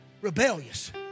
rebellious